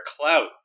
clout